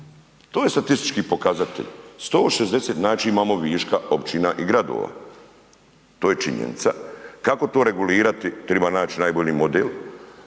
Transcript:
to je statistički pokazatelj, 160 znači imamo viška općina i gradova. To je činjenica. Kako to regulirati? Triba naći najbolji model